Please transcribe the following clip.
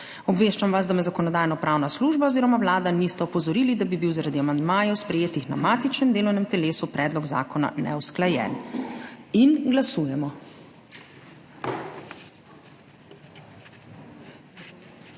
Obveščam vas, da me Zakonodajno-pravna služba oziroma Vlada nista opozorili, da bi bil zaradi amandmajev, sprejetih na matičnem delovnem telesu, predlog zakona neusklajen. Glasujemo.Navzočih